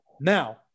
now